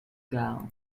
gall